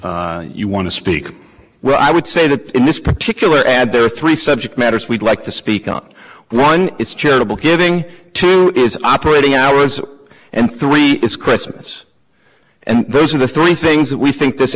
you want to speak well i would say that in this particular ad there are three subject matters we'd like to speak on one is charitable giving is operating hours and three is christmas and those are the three things that we think this